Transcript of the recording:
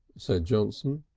said johnson.